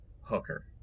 hooker